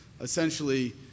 Essentially